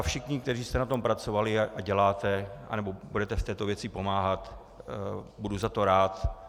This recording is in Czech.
Všichni, kteří jste na tom pracovali a děláte nebo budete v této věci pomáhat, budu za to rád.